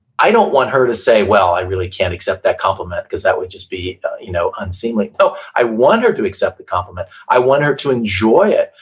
i don't want her to say, well, i really can't accept that compliment, because that would just be you know unseemly, no, so i want her to accept the compliment, i want her to enjoy it,